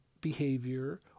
behavior